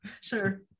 sure